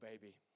baby